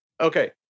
Okay